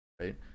right